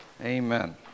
Amen